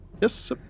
Yes